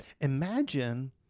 Imagine